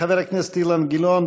חבר הכנסת אילן גילאון,